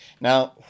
Now